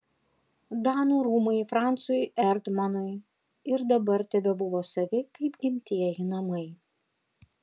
danų rūmai francui erdmanui ir dabar tebebuvo savi kaip gimtieji namai